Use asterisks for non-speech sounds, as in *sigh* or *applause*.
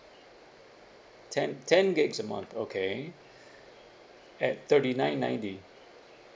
ten ten gigs a month okay *breath* at thirty nine ninety